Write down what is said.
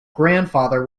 grandfather